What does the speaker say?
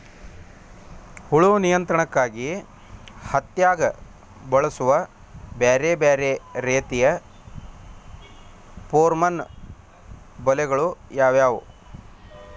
ಹುಳು ನಿಯಂತ್ರಣಕ್ಕಾಗಿ ಹತ್ತ್ಯಾಗ್ ಬಳಸುವ ಬ್ಯಾರೆ ಬ್ಯಾರೆ ರೇತಿಯ ಪೋರ್ಮನ್ ಬಲೆಗಳು ಯಾವ್ಯಾವ್?